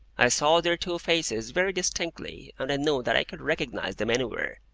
i saw their two faces very distinctly, and i knew that i could recognise them anywhere.